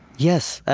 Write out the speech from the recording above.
yes,